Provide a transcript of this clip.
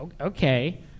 Okay